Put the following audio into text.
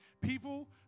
People